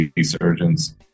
surgeons